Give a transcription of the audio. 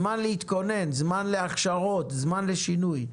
זמן להתכונן, זמן להכשרות, זמן לשינוי.